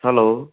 hello